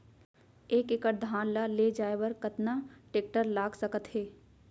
एक एकड़ धान ल ले जाये बर कतना टेकटर लाग सकत हे?